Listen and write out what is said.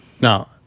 Now